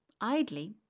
idly